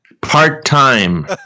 Part-time